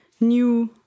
new